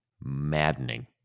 maddening